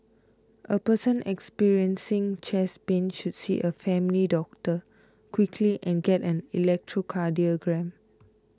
a person experiencing chest pain should see a family doctor quickly and get an electrocardiogram